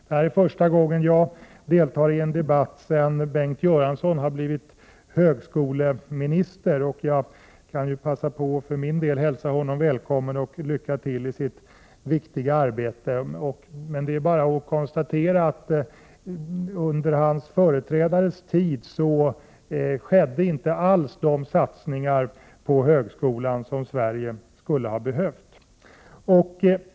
Det här är första gången jag deltar i en debatt sedan Bengt Göransson har blivit högskoleminister, och jag passar på att hälsa honom välkommen och önskar honom lycka till i sitt viktiga arbete. Men det är bara att konstatera att under hans företrädares tid inte alls skedde de satsningar på högskolan som Sverige skulle ha behövt.